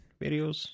videos